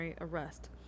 arrest